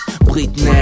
Britney